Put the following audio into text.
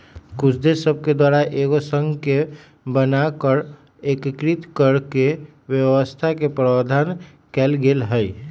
कुछ देश सभके द्वारा एगो संघ के बना कऽ एकीकृत कऽकेँ व्यवस्था के प्रावधान कएल गेल हइ